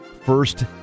first